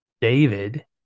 David